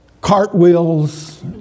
cartwheels